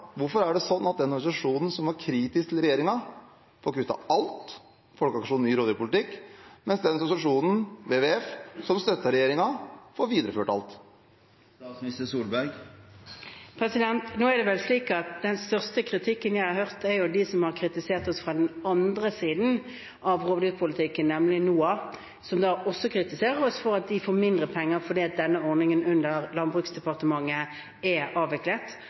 Hvorfor er det sånn at den organisasjonen som var kritisk til regjeringen, Folkeaksjonen ny rovdyrpolitikk, får kuttet alt, mens den organisasjonen som støttet regjeringen, WWF, får videreført alt? Nå er det vel slik at den sterkeste kritikken jeg har hørt, er fra dem som har kritisert oss fra den andre siden i rovdyrpolitikken, nemlig NOAH, som også kritiserer oss for at de får mindre penger fordi ordningen under Landbruks- og matdepartementet er avviklet,